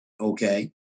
okay